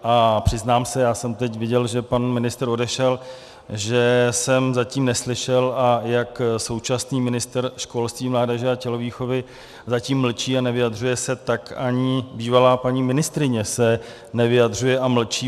A přiznám se, já jsem teď viděl, že pan ministr odešel, že jsem zatím neslyšel současný ministr školství, mládeže a tělovýchovy zatím mlčí a nevyjadřuje se, tak ani bývalá paní ministryně se nevyjadřuje a mlčí.